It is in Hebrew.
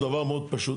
דבר מאוד פשוט,